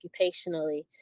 occupationally